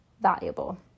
valuable